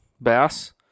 bass